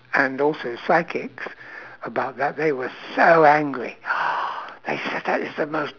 and also psychics about that they were so angry they said that is the most